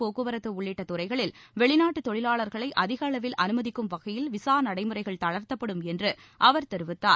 போக்குவரத்து உள்ளிட்ட துறைகளில் வெளிநாட்டு தொழிலாளா்களை அதிக அளவில் அனுமதிக்கும் வகையில் விசா நடைமுறைகள் தளா்த்தப்படும் என்று அவர் தெரிவித்தார்